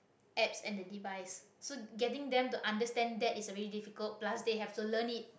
apps and the device so getting them to understand that is already difficult plus they have to learn it